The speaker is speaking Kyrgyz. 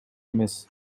эмес